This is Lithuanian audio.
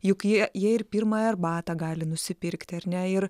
juk jie jie ir pirmąją arbatą gali nusipirkti ar ne ir